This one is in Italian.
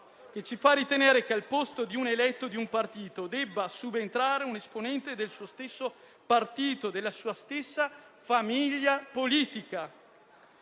che ci fa ritenere che al posto dell'eletto di un partito debba subentrare un esponente del suo stesso partito, della sua stessa famiglia politica.